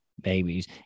babies